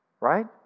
Right